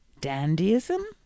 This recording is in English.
Dandyism